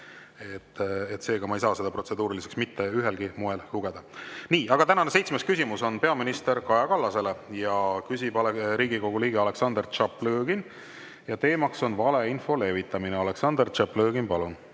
ette. Seega, ma ei saa seda protseduuriliseks mitte ühelgi moel lugeda. Tänane seitsmes küsimus on peaminister Kaja Kallasele, küsib Riigikogu liige Aleksandr Tšaplõgin ja teema on valeinfo levitamine. Aleksandr Tšaplõgin, palun!